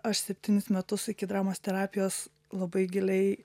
aš septynis metus iki dramos terapijos labai giliai